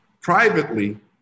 Privately